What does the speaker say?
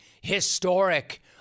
historic